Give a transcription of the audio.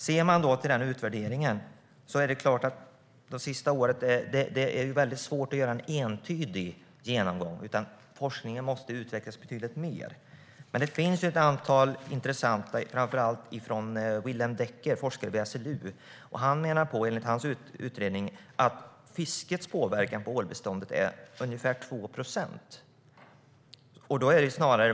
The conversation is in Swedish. Låt oss titta på utvärderingen. Det är svårt att göra en entydig genomgång av det senaste året. Forskningen måste utvecklas betydligt mer. Det finns intressant information, bland annat från Willem Dekker, forskare vid SLU. I hans utredning framgår att fiskets påverkan på ålbeståndet är ungefär 2 procent.